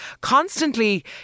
Constantly